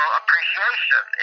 appreciation